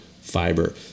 fiber